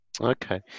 Okay